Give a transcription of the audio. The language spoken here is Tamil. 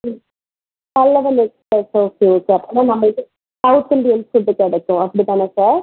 ம் பல்லவன் எக்ஸ்பிரஸ் ஓகே ஓகே அப்போனா நம்மளுக்கு சௌத் இந்தியன் ஃபுட்டு கிடைக்கும் அப்படி தானே சார்